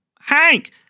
Hank